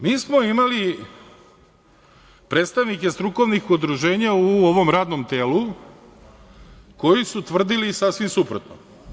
Mi smo imali predstavnike strukovnih udruženja u ovom radnom telu koji su tvrdili sasvim suprotno.